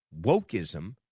wokeism